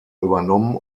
übernommen